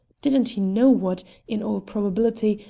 didn't he know what, in all probability,